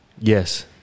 yes